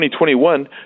2021